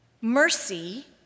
Mercy